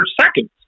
seconds